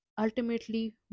ultimately